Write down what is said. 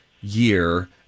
year